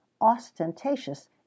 ostentatious